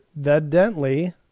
evidently